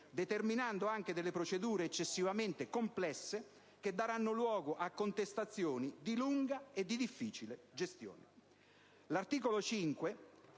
determinando anche delle procedure eccessivamente complesse, che daranno luogo a contestazioni di lunga e difficile gestione.